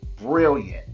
brilliant